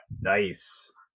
Nice